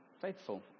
faithful